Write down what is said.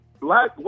black